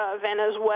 Venezuela